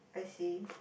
I see